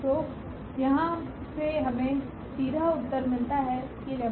तो यहाँ से हमें सीधा उत्तर मिलता है कि 𝜆1𝑣3